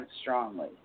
strongly